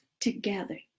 together